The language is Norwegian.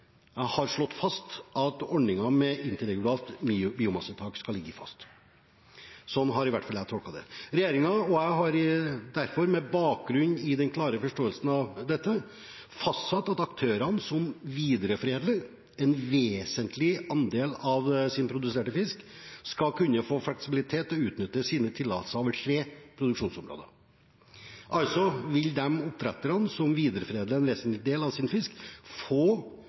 har slått fast at ordningen med interregionalt biomassetak skal ligge fast. Slik har i hvert fall jeg tolket det. Regjeringen og jeg har derfor, med bakgrunn i den klare forståelsen av dette, fastsatt at aktører som videreforedler en vesentlig andel av sin produserte fisk, skal kunne få fleksibilitet til å utnytte sine tillatelser over tre produksjonsområder, altså vil de oppdretterne som videreforedler en vesentlig andel av sin fisk, få